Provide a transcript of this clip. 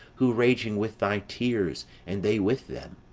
who, raging with thy tears and they with them,